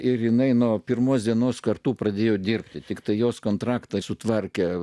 ir jinai nuo pirmos dienos kartu pradėjo dirbti tiktai jos kontraktą sutvarkę